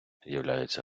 з’являються